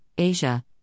Asia